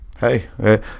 hey